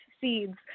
seeds